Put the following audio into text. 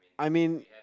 I mean